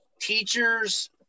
Teachers